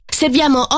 serviamo